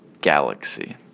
Galaxy